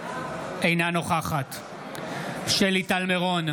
אינה נוכחת שלי טל מירון,